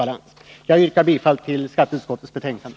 Jag ber att få yrka bifall till hemställan i skatteutskottets betänkande.